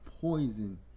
poison